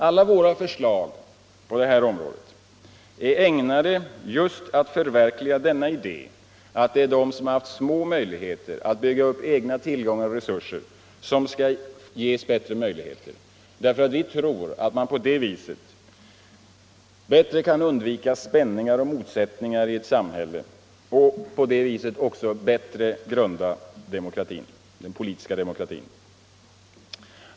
Alla våra förslag på det här området är ägnade att förverkliga idén att det är de som haft små möjligheter att bygga upp egna tillgångar och resurser som skall ges bättre förutsättningar. Vi tror att man på det sättet bättre kan undvika spänningar och motsättningar i ett samhälle och bättre kan grunda den politiska demokratin.